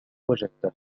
وجدته